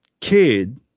kid